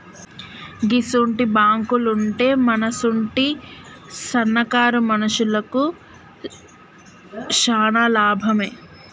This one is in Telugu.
గిసుంటి బాంకులుంటే మనసుంటి సన్నకారు మనుషులకు శాన లాభమే